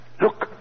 look